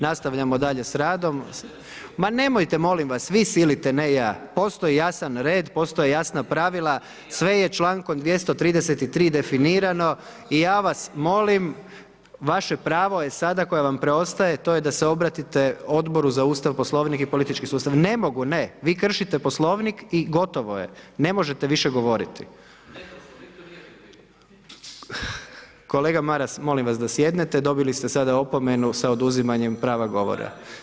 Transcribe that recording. Nastavljamo dalje s radom… … [[Upadica Maras, ne razumije se.]] Ma nemojte molim vas, vi silite, ne ja, postoji jasan red, postoje jasna pravila, sve je člankom 233. definirano i ja vas molim, vaše pravo je sada koje vam preostaje, to je da se obratite Odboru za ustav, Poslovnik i politički sustav. … [[Upadica Maras, ne razumije se.]] Ne mogu, ne, vi kršite Poslovnik i gotovo je. ne možete više govoriti. … [[Upadica Maras, ne razumije se.]] Kolega Maras, molim vas da sjednete, dobili ste sada opomenu sa oduzimanjem prava govora.